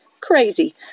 crazy